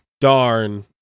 darn